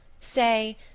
Say